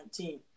2019